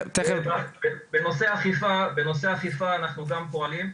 בנושא אכיפה אנחנו גם פועלים,